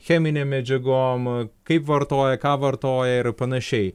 cheminėm medžiagom kaip vartoja ką vartoja ir panašiai